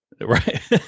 right